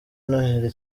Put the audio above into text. noheli